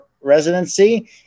residency